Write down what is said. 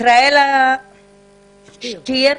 ישראלה שטיר,